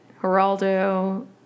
Geraldo